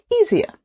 easier